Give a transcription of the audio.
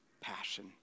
passion